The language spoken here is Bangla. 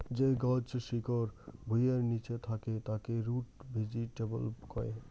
যে গছ শিকড় ভুঁইয়ের নিচে থাকে তাকে রুট ভেজিটেবল কয়